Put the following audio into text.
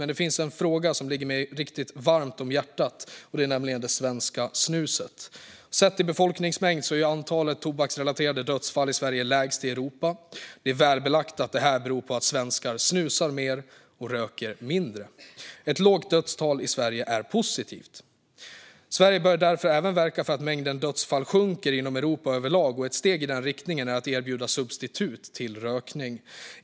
Men det finns en fråga som ligger mig riktigt varmt om hjärtat: det svenska snuset. Sett till befolkningsmängd är antalet tobaksrelaterade dödsfall i Sverige lägst i Europa. Det är väl belagt att det beror på att svenskar snusar mer och röker mindre. Ett lågt dödstal i Sverige är positivt. Sverige bör därför verka för att mängden dödsfall sjunker inom Europa överlag. Ett steg i den riktningen är att erbjuda substitut till rökning.